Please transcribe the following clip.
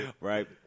Right